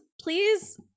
please